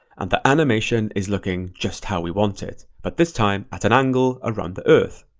and the animation is looking just how we want it, but this time at an angle around the earth.